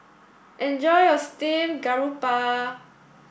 enjoy your Steamed Garoupa